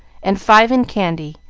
and five in candy,